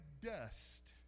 dust